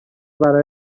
برای